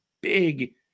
big